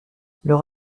leur